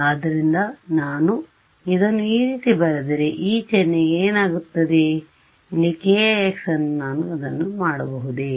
ಆದ್ದರಿಂದ ನಾನು ಇದನ್ನು ಈ ರೀತಿ ಬರೆದರೆ ಈ ಚಿಹ್ನೆಗೆ ಏನಾಗುತ್ತದೆ ಇಲ್ಲಿ ki x ನಾನು ಅದನ್ನು ಮಾಡಬಹುದೇ